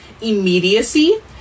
immediacy